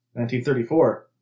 1934